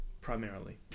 primarily